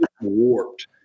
warped